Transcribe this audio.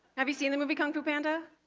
have you seen the movie kung-fu panda?